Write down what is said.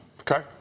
Okay